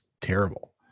terrible